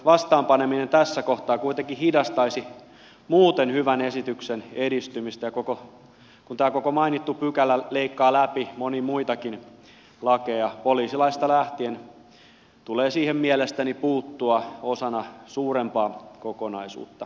vastaanpaneminen tässä kohtaa kuitenkin hidastaisi muuten hyvän esityksen edistymistä ja kun tämä koko mainittu pykälä leikkaa läpi monia muitakin lakeja poliisilaista lähtien tulee siihen mielestäni puuttua osana suurempaa kokonaisuutta